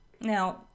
Now